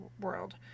world